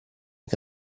che